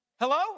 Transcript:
Hello